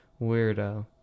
weirdo